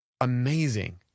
amazing